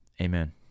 Amen